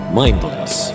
mindless